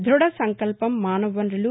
ధ్బడ సంకల్పం మానవ వనరులు